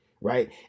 right